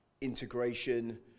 integration